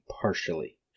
partially